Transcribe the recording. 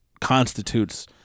constitutes